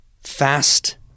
fast